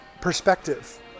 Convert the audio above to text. perspective